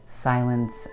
silence